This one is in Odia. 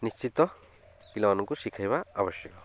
ନିଶ୍ଚିତ ପିଲାମାନଙ୍କୁ ଶିଖାଇବା ଆବଶ୍ୟକ